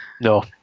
No